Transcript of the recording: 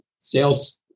sales